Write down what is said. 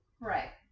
Right